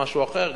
זה משהו אחר.